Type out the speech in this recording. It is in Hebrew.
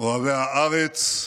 אוהבי הארץ,